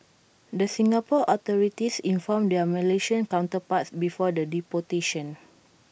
the Singapore authorities informed their Malaysian counterparts before the deportation